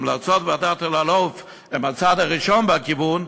המלצות ועדת אלאלוף הן הצעד הראשון בכיוון,